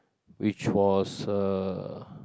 which was uh